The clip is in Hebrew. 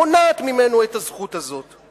מונעת ממנו את הזכות הזאת.